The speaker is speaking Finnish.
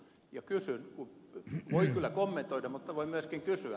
ja kysyn voin kyllä kommentoida mutta voin myöskin kysyä